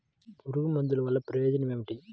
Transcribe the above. పురుగుల మందుల వల్ల ప్రయోజనం ఏమిటీ?